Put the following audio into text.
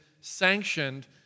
sanctioned